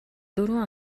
дөрвөн